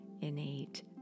innate